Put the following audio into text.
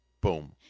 boom